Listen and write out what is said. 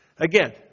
Again